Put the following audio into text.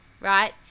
right